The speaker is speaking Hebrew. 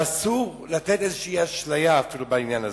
ואסור לתת אשליה בעניין הזה.